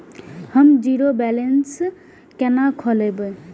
हम zero balance केना खोलैब?